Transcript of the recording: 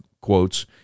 quotes